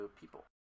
people